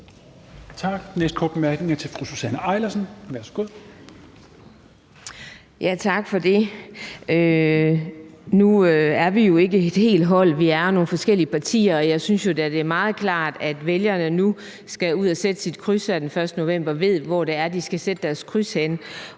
Næste korte bemærkning er til fru Susanne Eilersen. Værsgo. Kl. 16:15 Susanne Eilersen (DF): Tak for det. Nu er vi jo ikke et samlet hold, vi er nogle forskellige partier. Jeg synes da, det er meget klart, at vælgerne, der nu skal ud at sætte deres kryds her den 1. november, ved, hvor de skal sætte deres kryds henne,